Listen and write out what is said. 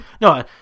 No